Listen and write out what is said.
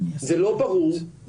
זה לא ברור.